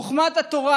חוכמת התורה